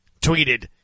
tweeted